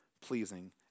pleasing